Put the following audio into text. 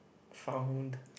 found